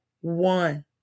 one